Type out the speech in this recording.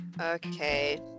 okay